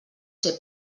ser